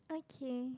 okay